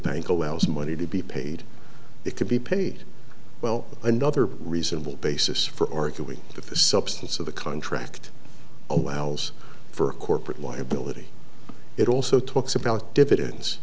bank allows money to be paid it could be paid well another reasonable basis for arguing that the substance of the contract allows for corporate liability it also talks about dividends